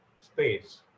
space